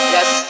Yes